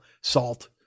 salt